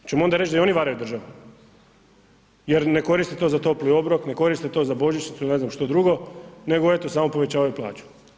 Hoćemo onda reć da i oni varaju državu jer ne koriste to za topli obrok koriste to za božićnicu, ne znam što drugo nego eto samo povećavaju plaću.